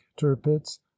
turpits